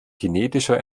kinetischer